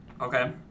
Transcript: Okay